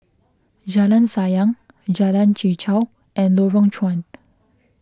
Jalan Sayang Jalan Chichau and Lorong Chuan